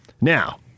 Now